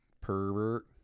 Pervert